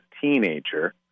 teenager